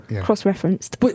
Cross-referenced